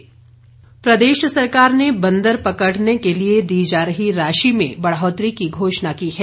गोविंद ठाक्र प्रदेश सरकार ने बंदर पकड़ने के लिए दी जा रही राशि में बढौतरी की घोषणा की है